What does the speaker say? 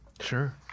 Sure